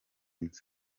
nzu